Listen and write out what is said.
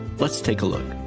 let's take a look.